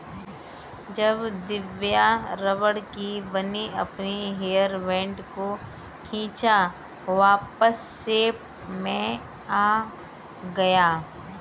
जब दिव्या रबड़ की बनी अपने हेयर बैंड को खींचा वापस शेप में आ गया